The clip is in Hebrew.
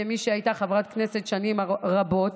כמי שהייתה חברת כנסת שנים רבות.